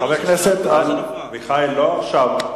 חבר הכנסת בן-ארי, לא עכשיו.